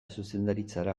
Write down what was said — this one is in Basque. zuzendaritzara